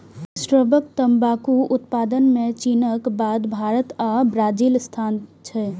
वैश्विक तंबाकू उत्पादन मे चीनक बाद भारत आ ब्राजीलक स्थान छै